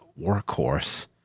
workhorse